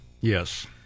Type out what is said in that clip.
yes